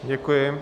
Děkuji.